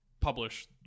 Publish